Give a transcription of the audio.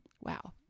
Wow